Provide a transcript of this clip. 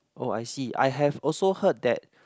oh I see I have also heard that